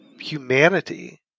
humanity